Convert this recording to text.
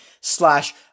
slash